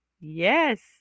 Yes